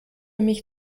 mich